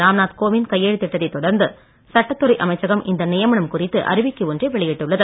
ராம்நாத் கோவிந்த் கையெழுத்திட்டதை தொடர்ந்து சட்டத்துறை அமைச்சகம் இந்த நியமனம் குறித்து அறிவிக்கை ஒன்றை வெளியிட்டுள்ளது